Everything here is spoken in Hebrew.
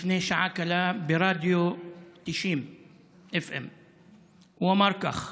לפני שעה קלה ברדיו FM 90. הוא אמר כך: